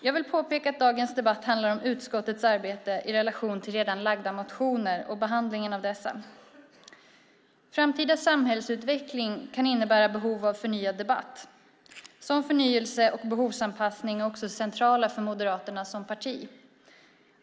Jag vill påpeka att denna debatt handlar om utskottets arbete i relation till redan lagda motioner och behandlingen av dessa. Framtida samhällsutveckling kan innebära behov av förnyad debatt. Sådan förnyelse och behovsanpassning är också central för Moderaterna som parti.